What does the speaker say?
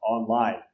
online